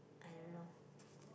I don't know